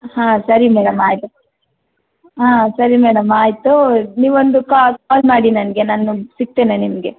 ಹಾಂ ಸರಿ ಮೇಡಮ್ ಆಯಿತು ಆಂ ಸರಿ ಮೇಡಮ್ ಆಯಿತು ನೀವೊಂದು ಕಾ ಕಾಲ್ ಮಾಡಿ ನನಗೆ ನಾನು ಸಿಗ್ತೇನೆ ನಿಮಗೆ